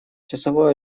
часовой